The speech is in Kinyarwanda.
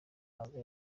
hanze